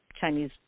Chinese